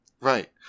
Right